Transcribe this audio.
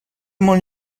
molt